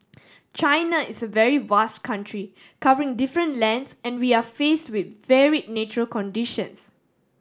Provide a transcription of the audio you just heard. China is a very vast country covering different lands and we are faced with vary natural conditions